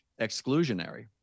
exclusionary